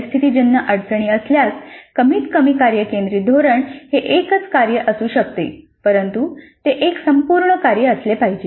परिस्थितीजन्य अडचणी असल्यास कमीतकमी कार्य केंद्रीत धोरण हे एकच कार्य असू शकते परंतु ते एक संपूर्ण कार्य असले पाहिजे